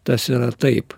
tas yra taip